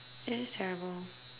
it is terrible